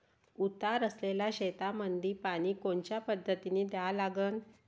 उतार असलेल्या शेतामंदी पानी कोनच्या पद्धतीने द्या लागन?